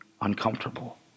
uncomfortable